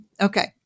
okay